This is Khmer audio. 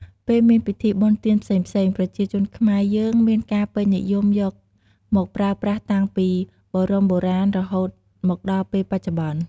ពេលមានពិធីបុណ្យទានផ្សេងៗ ប្រជាជនខ្មែរយើងមានការពេញនិយមយកមកប្រើប្រាស់តាំងពីបរមបុរាណរហូតមកដល់ពេលបច្ចុប្បន្ន។